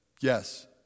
yes